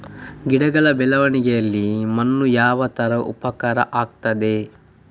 ಗಿಡಗಳ ಬೆಳವಣಿಗೆಯಲ್ಲಿ ಮಣ್ಣು ಯಾವ ತರ ಉಪಕಾರ ಆಗ್ತದೆ?